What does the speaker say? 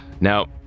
Now